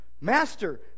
Master